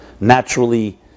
naturally